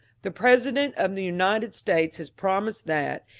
the president of the united states has promised that,